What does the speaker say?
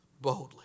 boldly